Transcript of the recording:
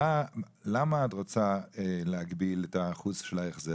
ולמה את רוצה להגביל את האחוז של ההחזר?